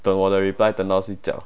等我的等到睡觉